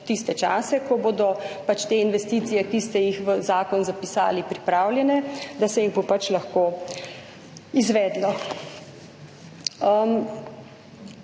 tiste čase, ko bodo te investicije, ki ste jih v zakon zapisali, pripravljene, da se jih bo lahko izvedlo.